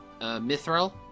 Mithril